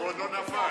עוד לא נפל.